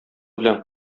белән